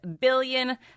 billion